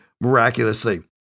miraculously